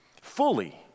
fully